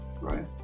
right